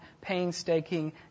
painstaking